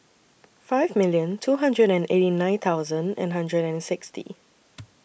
five million two hundred and eighty nine thousand and hundred and sixty